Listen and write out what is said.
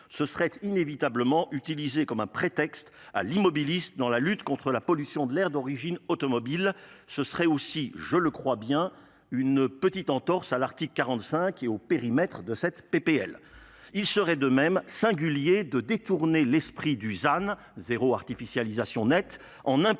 se seraient inévitablement utilisé comme un prétexte à l'immobilise dans la lutte contre la pollution de l'air d'origine automobile ce serait aussi je le crois bien une petite entorse à l'article quarante cinq et au périmètre de cette p p l p l il serait de même singulier de détourner l'esprit du zan zéro artificialisés nette en imputant